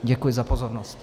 Děkuji za pozornost.